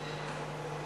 נתקבלה.